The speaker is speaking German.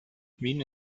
wien